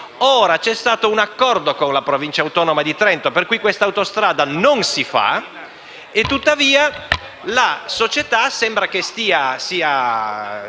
Ora c'è stato un accordo con la Provincia autonoma di Trento per cui questa autostrada non si farà e, tuttavia, la società sembra dare